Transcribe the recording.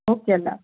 okay Allah